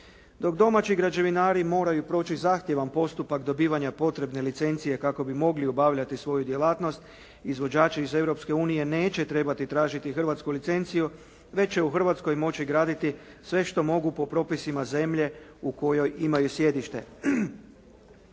Dok domaći građevinari moraju proći zahtjevan postupak dobivanja potrebne licencije kako bi mogli obavljati svoju djelatnost, izvođači iz Europske unije neće trebati tražiti hrvatsku licenciju, već će u Hrvatskoj moći graditi sve što mogu po propisima zemlje u kojoj imaju sjedište.